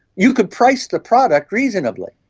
you could price the product reasonably.